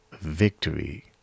victory